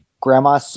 grandma